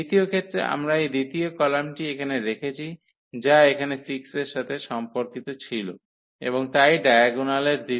দ্বিতীয় ক্ষেত্রে আমরা এই দ্বিতীয় কলামটি এখানে রেখেছি যা এখানে 6 এর সাথে সম্পর্কিত ছিল এবং তাই ডায়াগোনালের দ্বিতীয় উপাদানটি এখানে 6